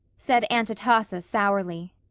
said aunt atossa sourly.